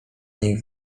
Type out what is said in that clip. niej